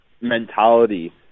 mentality